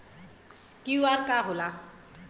QR का होला?